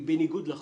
היא בניגוד לחוק.